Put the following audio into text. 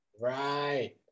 Right